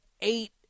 eight